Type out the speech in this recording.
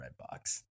Redbox